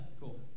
cool